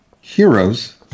heroes